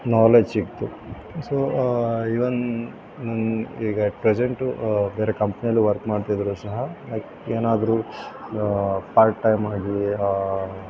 knowledge ಸಿಕ್ತು so even ಈಗ at present ಬೇರೆ ಕಂಪ್ನಿಲಿ ವರ್ಕ್ ಮಾಡ್ತಿದ್ದರು ಸಹ ಏನಾದರು ಪಾರ್ಟ್ ಟೈಮ್ ಆಗಿಯೇ